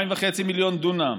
2.5 מיליון דונם